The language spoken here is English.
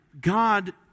God